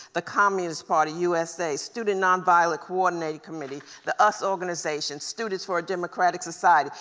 the communist party usa, student nonviolent coordinating committee, the us organization, students for a democratic society,